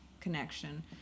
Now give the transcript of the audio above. connection